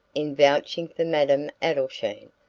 in vouching for madame adelschein.